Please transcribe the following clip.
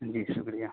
جی شکریہ